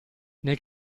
nel